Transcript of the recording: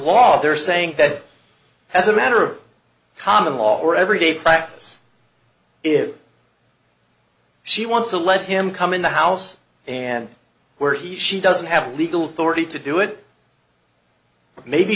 law they're saying that as a matter of common law or everyday practice if she wants to let him come in the house and where he she doesn't have legal authority to do it but maybe